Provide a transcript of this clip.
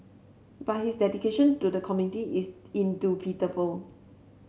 but his dedication do the community is indubitable